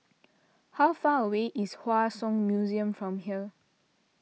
how far away is Hua Song Museum from here